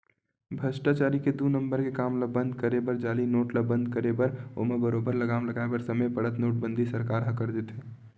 भस्टाचारी के दू नंबर के काम ल बंद करे बर जाली नोट ल बंद करे बर ओमा बरोबर लगाम लगाय बर समे पड़त नोटबंदी सरकार ह कर देथे